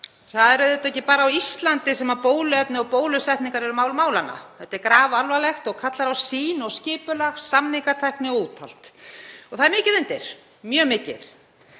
Það er auðvitað ekki bara á Íslandi sem bóluefni og bólusetningar eru mál málanna. Þetta er grafalvarlegt mál og kallar á sýn og skipulag, samningatækni og úthald. Það er mikið undir, mjög mikið,